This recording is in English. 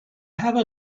have